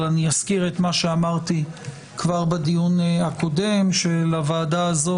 אבל אני אזכיר את מה שאמרתי כבר בדיון הקודם שלוועדה הזאת